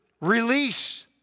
release